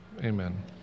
Amen